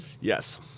Yes